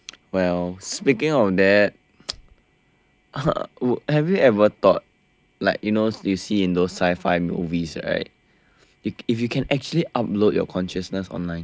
well speaking of that have you ever thought like you know you see in those sci fi movies right if if you can actually upload your consciousness online !wow!